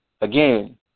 Again